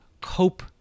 cope